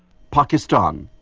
pakistan.